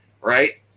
right